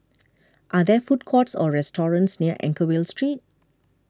are there food courts or restaurants near Anchorvale Street